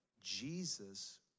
Jesus